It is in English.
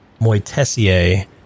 Moitessier